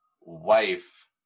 wife